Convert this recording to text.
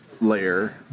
layer